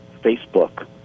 Facebook